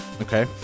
okay